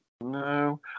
no